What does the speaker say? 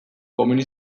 komeni